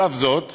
על אף זאת